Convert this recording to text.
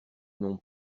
non